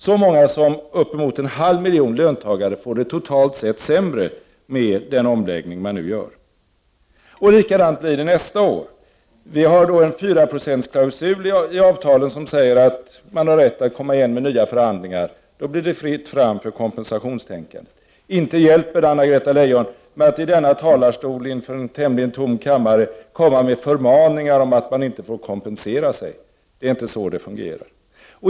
Så många som uppemot en halv miljon löntagare får det totalt sett sämre med den omläggning man nu gör. Likadant blir det nästa år. Vi har då en fyraprocentsklausul i avtalet som säger att man har rätt att komma igen med nya förhandlingar. Då blir det fritt fram för kompensationstänkandet. Inte hjälper det, Anna-Greta Leijon, att i denna talarstol inför en tämligen tom kammare komma med förmaningar om att man inte får kompensera sig. Det är inte så det fungerar.